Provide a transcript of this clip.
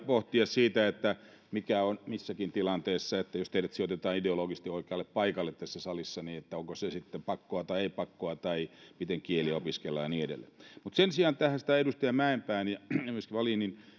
pohtia mikä on pakkoa missäkin tilanteessa jos teidät sijoitetaan ideologisesti oikealle paikalle tässä salissa onko se sitten pakkoa tai ei pakkoa tai miten kieliä opiskellaan ja niin edelleen sen sijaan edustaja mäenpään ja myöskin vallinin